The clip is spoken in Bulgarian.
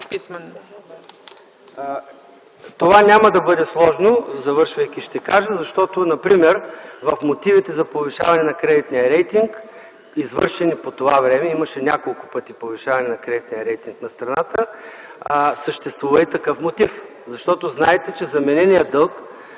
Това няма да бъде сложно. Завършвайки ще кажа, защото например в мотивите за повишаване на кредитния рейтинг, извършени по това време – имаше няколко пъти повишаване на кредитния рейтинг на страната, съществува и такъв мотив. Защото знаете, че замененият дълг